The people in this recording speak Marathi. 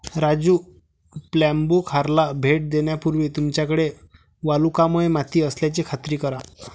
राजू प्लंबूखाराला भेट देण्यापूर्वी तुमच्याकडे वालुकामय माती असल्याची खात्री करा